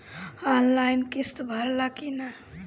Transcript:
Online किस्त भराला कि ना?